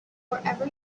wherever